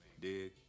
Dig